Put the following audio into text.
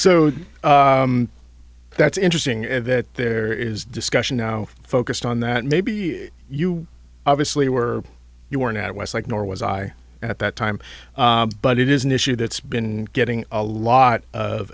so that's interesting that there is discussion now focused on that maybe you obviously were you weren't i was like nor was i at that time but it is an issue that's been getting a lot of